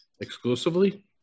Exclusively